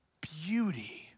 Beauty